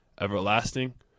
everlasting